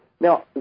Now